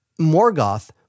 Morgoth